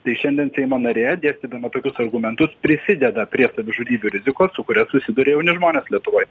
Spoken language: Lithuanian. tai šiandien seimo narė dėstydama tokius argumentus prisideda prie savižudybių rizikos su kuria susiduria jauni žmonės lietuvoj